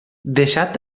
deixat